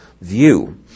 view